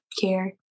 care